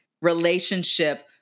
relationship